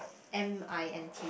M_I_N_T